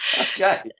Okay